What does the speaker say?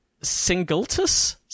singultus